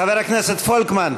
חבר הכנסת פולקמן.